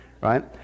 right